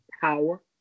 power